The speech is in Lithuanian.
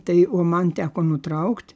tai o man teko nutraukt